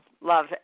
Love